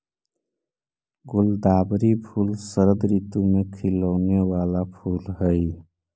गुलदावरी फूल शरद ऋतु में खिलौने वाला फूल हई